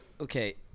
okay